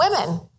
women